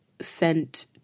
sent